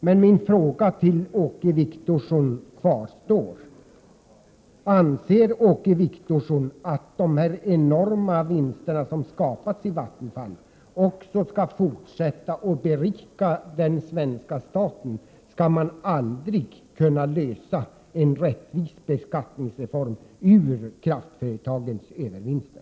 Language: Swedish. Min fråga kvarstår alltså: Anser Åke Wictorsson att de enorma vinster som har skapats inom Vattenfall också i fortsättningen skall berika svenska staten — skall man således aldrig kunna få en rättvis beskattningsreform när det gäller kraftföretagens övervinster?